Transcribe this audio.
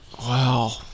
Wow